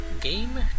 game